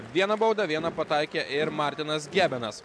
vieną baudą vieną pataikė ir martynas gebenas